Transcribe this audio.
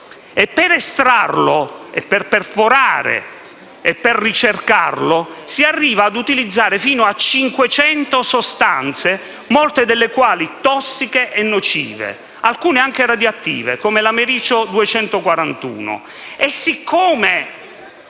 Per estrarlo, per perforare e per ricercarlo, si arriva ad utilizzare fino a 500 sostanze, molte delle quali tossiche e nocive, e alcune anche radioattive, come l'americio 241.